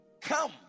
Come